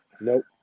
Nope